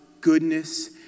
goodness